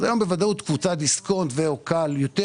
אז היום בוודאות קבוצת דיסקונט ו/או כאל יותר